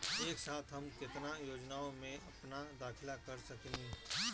एक साथ हम केतना योजनाओ में अपना दाखिला कर सकेनी?